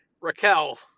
Raquel